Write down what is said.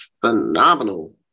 phenomenal